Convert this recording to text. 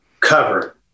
cover